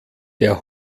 der